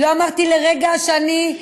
לא אמרתי לרגע שאני,